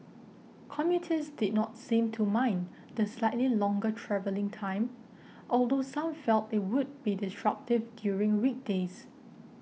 commuters did not seem to mind the slightly longer travelling time although some felt it would be disruptive during weekdays